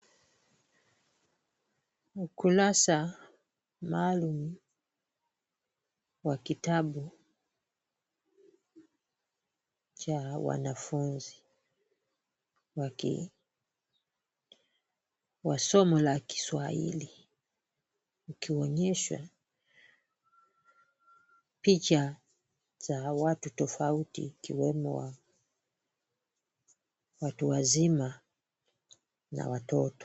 Ukurasa maalum wa kitabu cha wanafunzi wa somo la kiswahili wakionyeshwa picha za watu tofauti ikiwemo watu wazima na watoto.